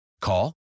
Call